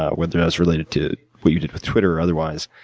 ah whether that's related to what you did with twitter or otherwise,